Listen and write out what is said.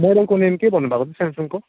मोडलको name के भन्नुभएको थियो स्यामसङको